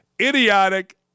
idiotic